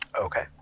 Okay